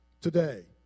Today